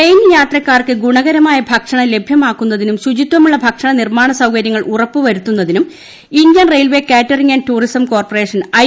train യാത്രക്കാർക്ക് ഗുണകരമായ ഭക്ഷണം ലഭ്യമാക്കുന്നതിനും ശുചിത്വമുള്ള ഭക്ഷണ നിർമ്മാണ സൌകര്യങ്ങൾ ഉറപ്പുവരുത്തുന്നതിനും Indian railway catering and tourism corporation I